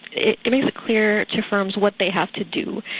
it is clear to firms what they have to do.